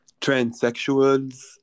transsexuals